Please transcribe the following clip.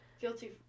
Guilty